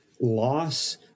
loss